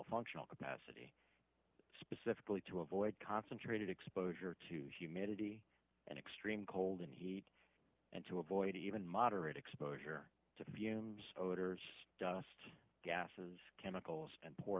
functional capacity specifically to avoid concentrated exposure to humidity and extreme cold and heat and to avoid even moderate exposure to fumes odors dust gases chemicals and poor